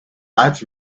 art